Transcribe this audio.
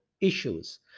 issues